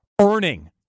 earning